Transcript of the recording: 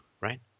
right